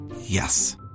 Yes